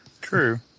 True